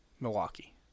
Milwaukee